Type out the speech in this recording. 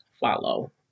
follow